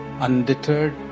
undeterred